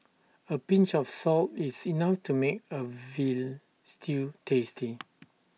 A pinch of salt is enough to make A Veal Stew tasty